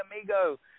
Amigo